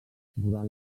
durant